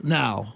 now